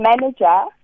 manager